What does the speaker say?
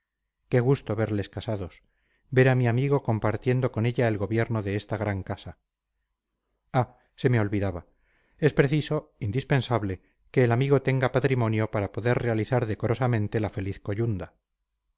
qué gusto verles casados ver a mi amigo compartiendo con ella el gobierno de esta gran casa ah se me olvidaba es preciso indispensable que el amigo tenga patrimonio para poder realizar decorosamente la feliz coyunda